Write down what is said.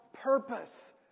purpose